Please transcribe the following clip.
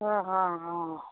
অ অ অ